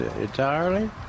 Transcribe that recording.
entirely